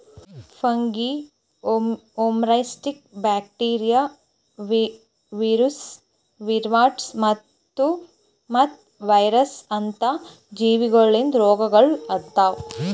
fungi, oomycetes, bacteria, virus, viroids ಮತ್ತ virus ಅಂತ ಜೀವಿಗೊಳಿಂದ್ ರೋಗಗೊಳ್ ಆತವ್